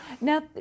Now